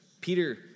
Peter